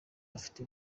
afite